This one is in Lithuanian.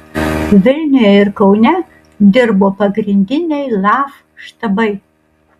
vilniuje ir kaune dirbo pagrindiniai laf štabai